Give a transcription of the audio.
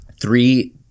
Three